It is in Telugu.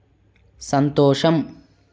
సంతోషం